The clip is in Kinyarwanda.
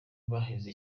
baheze